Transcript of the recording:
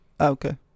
okay